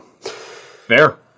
Fair